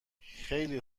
خیلی